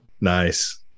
Nice